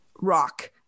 rock